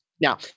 Now